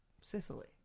Sicily